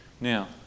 Now